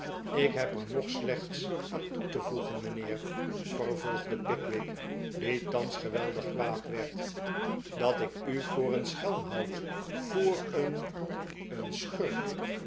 ik heb er nog slechts aan toe te voegen mijnheer vervolgde pickwick die thans geweldig kw'aad werd dat ik u voor een schelm houd voor een een schurk